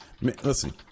listen